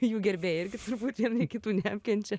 jų gerbėjai irgi turbūt vieni kitų neapkenčia